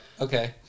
okay